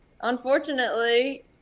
Unfortunately